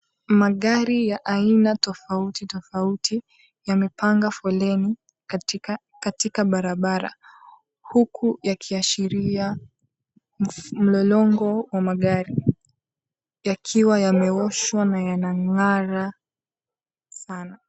Magari ya aina tofauti tofauti yamepanga foleni katika barabara, huku yakiashiria mlolongo wa magari yakiwa yameoshwa na yanang'ara sana.